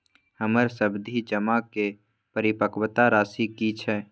हमर सावधि जमा के परिपक्वता राशि की छै?